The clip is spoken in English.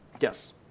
Yes